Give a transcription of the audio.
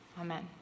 amen